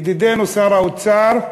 ידידנו שר האוצר,